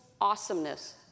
awesomeness